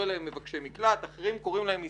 להם מבקשי מקלט ואחרים קוראים להם מסתננים.